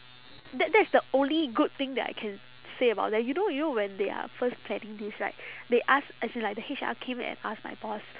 that that is the only good thing that I can say about them you know you know when they are first planning this right they ask as in like the H_R came and ask my boss